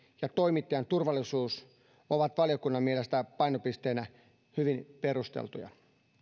ja toimittajien turvallisuus jotka ovat valiokunnan mielestä painopisteinä hyvin perusteltuja